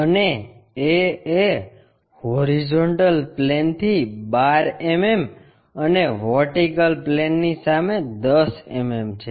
અને A એ HP થી 12 mm અને VPની સામે 10 mm છે